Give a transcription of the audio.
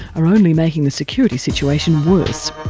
were only making the security situation worse.